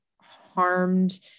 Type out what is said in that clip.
harmed